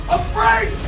afraid